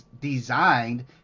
designed